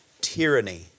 tyranny